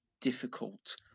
difficult